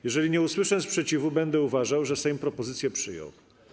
Jeżeli nie usłyszę sprzeciwu, będę uważał, że Sejm propozycję przyjął.